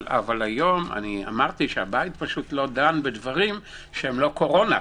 אבל הבית היום לא דן בדברים שאינם קורונה.